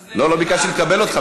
לא, לא ביקשתי לקבל אותך.